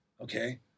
Okay